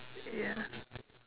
ya